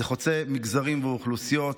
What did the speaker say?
זה חוצה מגזרים ואוכלוסיות.